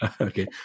Okay